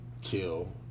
kill